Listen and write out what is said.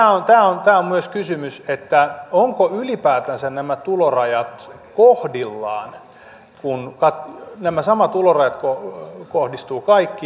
tämä on myös kysymys ovatko ylipäätänsä nämä tulorajat kohdillaan kun nämä samat tulorajat kohdistuvat kaikkiin